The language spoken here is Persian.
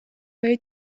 های